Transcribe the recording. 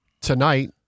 tonight